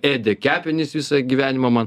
ėdė kepenis visą gyvenimą man